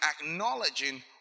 acknowledging